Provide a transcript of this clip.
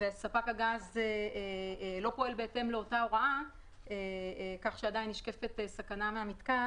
וספק הגז לא פועל בהתאם להוראה שנתן המנהל,